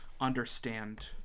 understand